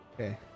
okay